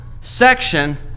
section